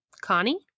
Connie